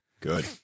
good